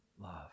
love